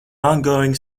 ongoing